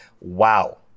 Wow